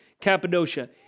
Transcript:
Cappadocia